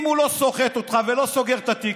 אם הוא לא סוחט אותך ולא סוגר את התיק,